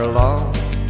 lost